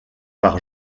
par